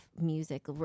music